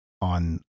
on